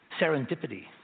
serendipity